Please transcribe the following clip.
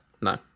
no